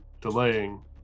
delaying